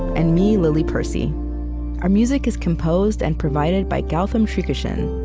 and me, lily percy our music is composed and provided by gautam srikishan.